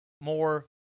more